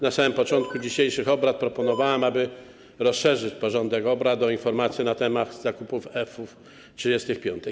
Na samym początku dzisiejszych obrad proponowałem, aby rozszerzyć porządek obrad o informację na temat zakupów F-35.